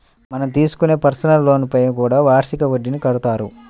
మనం తీసుకునే పర్సనల్ లోన్లపైన కూడా వార్షిక వడ్డీని కడతారు